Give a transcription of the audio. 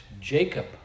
Jacob